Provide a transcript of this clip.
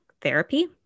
therapy